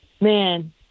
man